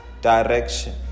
direction